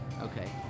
Okay